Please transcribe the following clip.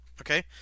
okay